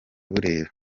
burera